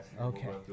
Okay